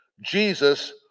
Jesus